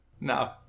No